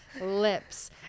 lips